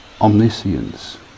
omniscience